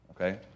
Okay